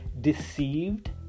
deceived